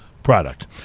product